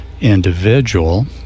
individual